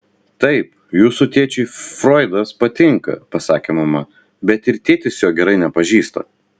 taip jūsų tėčiui froidas patinka pasakė mama bet ir tėtis jo gerai nepažįsta